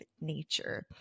nature